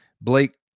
Blake